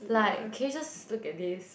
like can you just look at this